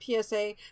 PSA